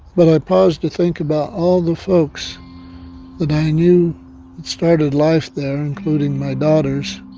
but i pause to think about all the folks that i knew that started life there, including my daughters.